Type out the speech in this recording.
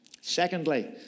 Secondly